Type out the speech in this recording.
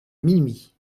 minuit